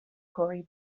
corey